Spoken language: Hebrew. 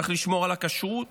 צריך לשמור על הכשרות,